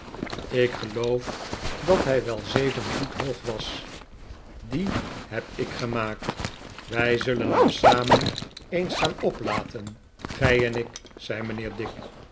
ik geloof dat hij wel zeven voet hoog was dien heb ik gemaakt wij zullen hem samea eens gaan oplaten gij en ik zei mijnheer dick